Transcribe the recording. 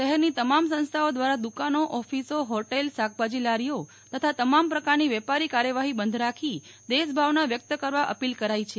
શહેરની તમામ સંસ્થાઓ દ્વારા દુકાનો ઓફિસો હોટલ શાકભાજી લારીઓ તથા તમામ પ્રકારની વેપારી કાર્યવાહી બંધ રાખી દેશભાવના વ્યક્ત કરવા અપીલ કરાઈ છે